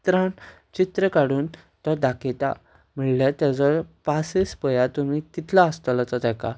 त्रान चित्र काडून तो दाखयता म्हळ्यार ताचो पासयेंस पळयात तुमी कितलो आसतलो तो ताका